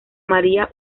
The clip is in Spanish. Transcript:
maría